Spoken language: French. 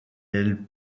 elle